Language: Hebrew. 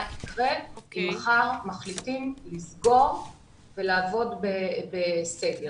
שיקרה אם מחר מחליטים לסגור ולעבוד בסגר.